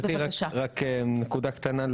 אני רק רוצה להוסיף נקודה קטנה.